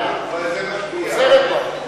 אדוני סגן השר, אולי זה כי, חוזרת בה.